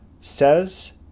says